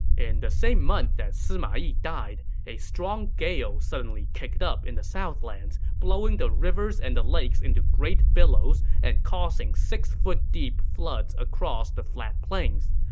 in the same month that sima yi died, a strong gale suddenly kicked up in the southlands, blowing the rivers and the lakes into great billows and causing six-foot-deep floods across the flat plains.